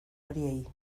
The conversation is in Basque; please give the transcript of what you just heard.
horiei